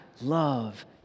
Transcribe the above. love